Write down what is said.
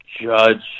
judge